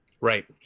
Right